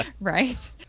Right